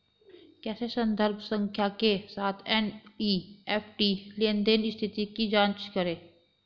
कैसे संदर्भ संख्या के साथ एन.ई.एफ.टी लेनदेन स्थिति की जांच करें?